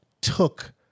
took